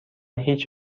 هیچ